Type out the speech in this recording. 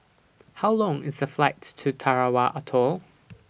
How Long IS The Flight to Tarawa Atoll